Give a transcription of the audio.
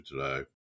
today